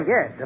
Yes